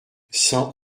cent